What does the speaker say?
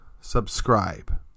subscribe